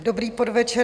Dobrý podvečer.